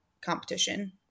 competition